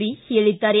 B ಹೇಳಿದ್ದಾರೆ